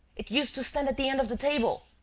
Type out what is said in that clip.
it used to stand at the end of the table.